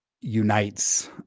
unites